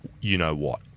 you-know-what